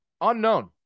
unknown